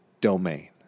domain